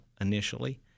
initially